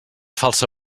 falsa